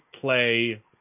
play